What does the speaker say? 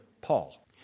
Paul